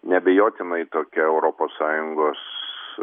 neabejotinai tokia europos sąjungos